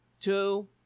Two